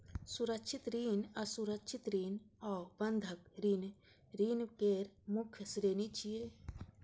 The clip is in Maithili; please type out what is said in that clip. सुरक्षित ऋण, असुरक्षित ऋण आ बंधक ऋण ऋण केर मुख्य श्रेणी छियै